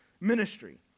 ministry